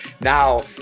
Now